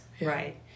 right